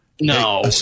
No